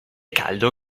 caldo